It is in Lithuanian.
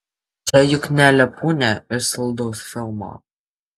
čia juk ne lepūnė iš saldaus filmo